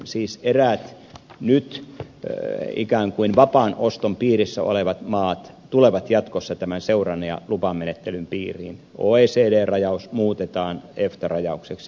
siis eräät nyt ikään kuin vapaan oston piirissä olevat maat tulevat jatkossa tämän seurannan ja lupamenettelyn piiriin oecd rajaus muutetaan efta rajaukseksi